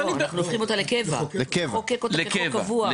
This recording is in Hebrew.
הופכים אותה לקבע, לחוקק אותה כחוק קבוע.